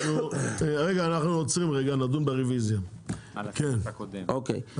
הסתייגות 10, בסעיף 96א(ב) יימחק מה